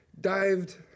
Dived